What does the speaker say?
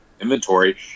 inventory